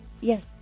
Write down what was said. Yes